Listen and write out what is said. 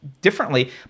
differently